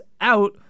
out